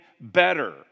better